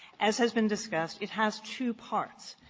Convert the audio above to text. as has been discussed, it has two parts.